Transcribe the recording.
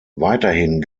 weiterhin